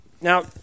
Now